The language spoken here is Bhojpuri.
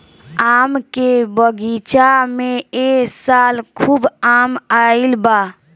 आम के बगीचा में ए साल खूब आम आईल बा